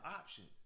option